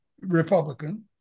Republican